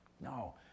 no